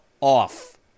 off